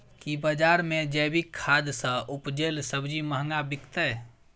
की बजार मे जैविक खाद सॅ उपजेल सब्जी महंगा बिकतै?